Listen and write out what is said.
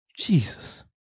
Jesus